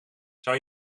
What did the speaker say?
zou